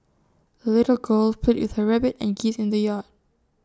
the little girl played with her rabbit and geese in the yard